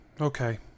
okay